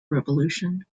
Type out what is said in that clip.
revolution